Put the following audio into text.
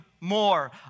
more